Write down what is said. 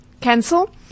cancel